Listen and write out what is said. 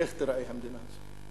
איך תיראה המדינה הזאת,